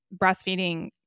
breastfeeding